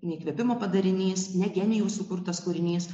ne įkvėpimo padarinys ne genijaus sukurtas kūrinys